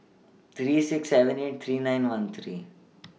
three six seven eight three nine one three